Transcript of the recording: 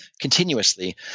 continuously